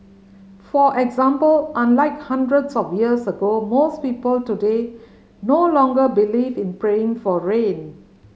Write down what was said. for example unlike hundreds of years ago most people today no longer believe in praying for rain